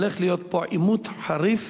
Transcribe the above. הולך להיות פה עימות חריף